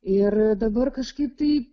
ir dabar kažkaip tai